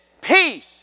peace